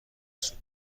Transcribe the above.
سوپ